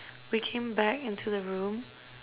we came back into the room